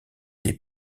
des